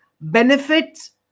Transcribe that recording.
benefits